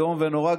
איום ונורא,